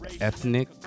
ethnic